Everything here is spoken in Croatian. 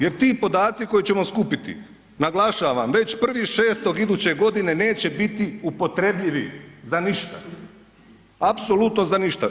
Jer ti podaci koje ćemo skupiti naglašavam već 1.6. iduće godine neće biti upotrebljivi za ništa, apsolutno za ništa.